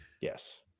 Yes